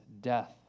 death